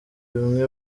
bimwe